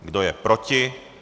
Kdo je proti?